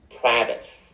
Travis